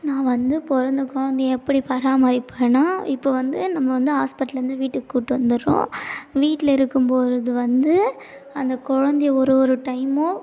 நான் வந்து பிறந்த கொழந்தைய எப்படி பராமரிப்பன்னால் இப்போ வந்து நம்ம வந்து ஹாஸ்பிட்டல்லேருந்து வீட்டுக்கு கூப்பிட்டு வந்துடுறோம் வீட்டில இருக்கும்பொழுது வந்து அந்த குலந்தைய ஒரு ஒரு டயமும்